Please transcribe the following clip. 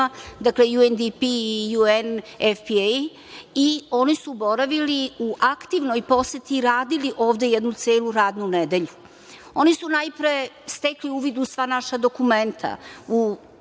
Dakle, UNDP i UNFPA su boravili u aktivnoj poseti i radili ovde jednu celu radnu nedelju. Oni su najpre stekli uvid u sva naša dokumenta, u sve